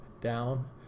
down